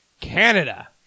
Canada